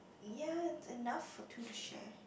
yes enough for two to share